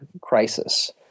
crisis